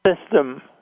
system